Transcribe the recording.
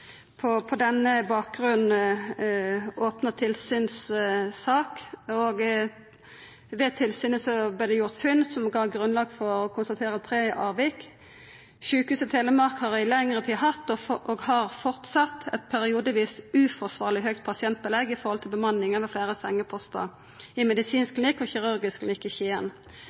har på den bakgrunnen opna tilsynssak, og ved tilsynet vart det gjort funn som gav grunnlag for å konstatera tre avvik: «1. Sykehuset Telemark HF har i lengre tid hatt, og har fortsatt, et periodevis uforsvarlig høyt pasientbelegg i forhold til bemanningen ved flere sengeposter i Medisinsk klinikk og Kirurgisk klinikk i Skien. Foretaket sikrer ikke